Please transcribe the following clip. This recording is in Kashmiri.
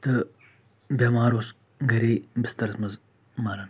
تہٕ بٮ۪مار اوس گَری بِسترَس منٛز مَران